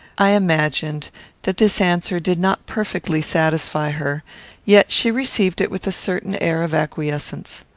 i imagined that this answer did not perfectly satisfy her yet she received it with a certain air of acquiescence.